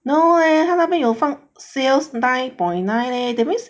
no leh 他那边有放 sales nine point nine leh that means